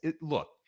look